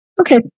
Okay